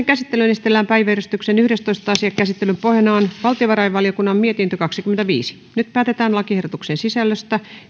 käsittelyyn esitellään päiväjärjestyksen yhdestoista asia käsittelyn pohjana on valtiovarainvaliokunnan mietintö kaksikymmentäviisi nyt päätetään lakiehdotuksen sisällöstä